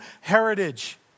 heritage